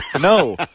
No